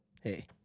hey